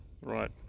Right